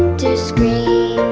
to scream